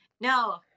no